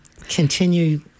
continue